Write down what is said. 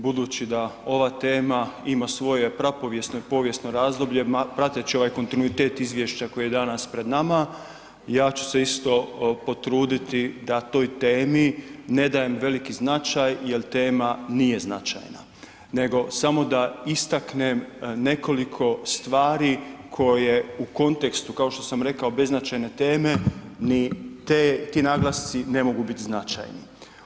Budući da ova tema ima svoje prapovijesno i povijesno razdoblje, prateći ovaj kontinuitet izvješća koje je danas pred nama, ja ću se isto potruditi da toj temi ne dajem veliki značaj jer tema nije značajna nego samo da istaknem nekoliko stvari koje u kontekstu kao što sam rekao, beznačajne teme, ni ti naglasci ne mogu biti značajni.